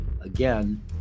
again